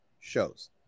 shows